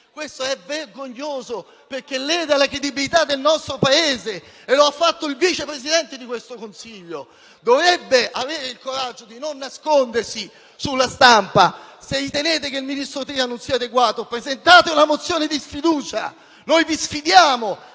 Questo è vergognoso perché lede la credibilità del nostro Paese e lo ho fatto il Vice Presidente del Consiglio! Dovrebbe avere il coraggio di non nascondersi sulla stampa: se ritenete che il ministro Tria non sia adeguato, presentate una mozione di sfiducia! Noi vi sfidiamo: